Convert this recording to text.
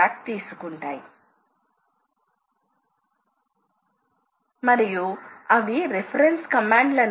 అయితే ఇది తిరుగుతూ ఉన్నప్పుడు ఈ సాధనం ఈ చివరి నుండి ఆ చివరి వరకు కదులుతుంది